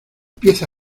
pieza